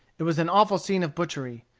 it was an awful scene of butchery.